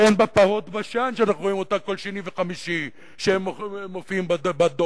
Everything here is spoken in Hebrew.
שאין בה פרות בשן שאנחנו רואים אותן כל שני וחמישי מופיעות בדוח,